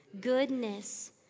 goodness